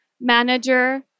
manager